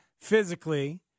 physically